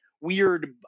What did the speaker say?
weird